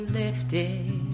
lifted